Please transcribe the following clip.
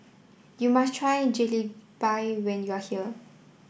you must try Jalebi when you are here